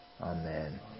Amen